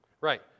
Right